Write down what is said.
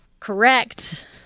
Correct